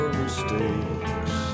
mistakes